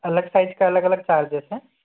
अलग साइज के अलग अलग चार्जेस हैं